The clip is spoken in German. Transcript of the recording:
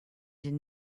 den